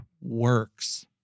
works